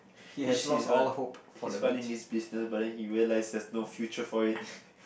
this he want his one in his business but he realize that there is no future for it